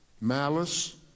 malice